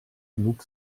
genug